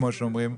כמו שאומרים,